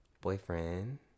boyfriend